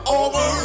over